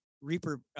Reaper